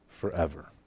forever